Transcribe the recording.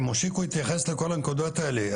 כי מושיקו יתייחס לכל הנקודות האלה,